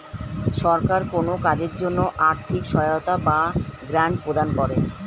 সরকার কোন কাজের জন্য আর্থিক সহায়তা বা গ্র্যান্ট প্রদান করে